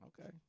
Okay